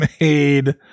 made